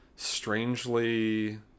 strangely